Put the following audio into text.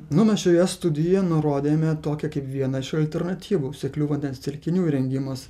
nu mes šioje studijoje nurodėme tokią kaip viena iš alternatyvų seklių vandens telkinių įrengimas